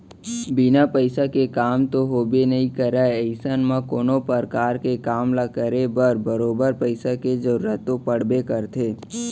बिन पइसा के काम तो होबे नइ करय अइसन म कोनो परकार के काम ल करे बर बरोबर पइसा के जरुरत तो पड़बे करथे